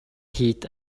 heat